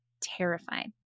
terrified